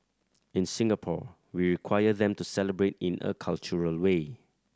in Singapore we require them to celebrate in a cultural way